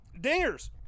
dingers